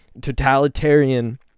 totalitarian